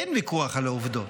אין ויכוח על העובדות.